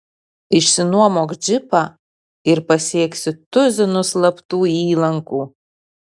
išsinuomok džipą ir pasieksi tuzinus slaptų įlankų